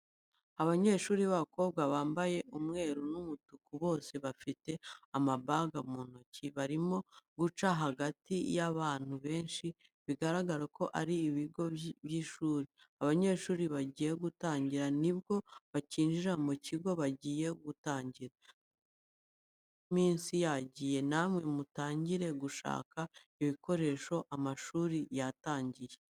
Abanyeshuri b'abakobwa bambaye umweru n'umutuku bose bafite amabaga mu ntoki, barimo guca hagati y'abantu benshi bigaragara ko ari ku kigo cy'ishuri, abanyeshuri bagiye gutangira ni bwo bakinjira ku kigo bagiye gutangira. Ndabona n'iminsi yagiye namwe mutangire gushaka ibikoresho amashuri yatangiye.